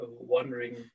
wondering